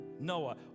Noah